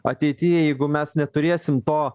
ateity jeigu mes neturėsim to